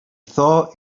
thought